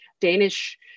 Danish